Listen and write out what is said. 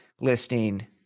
listing